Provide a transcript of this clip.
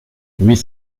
huit